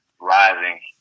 rising